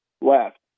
left